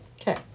Okay